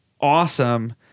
awesome